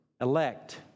elect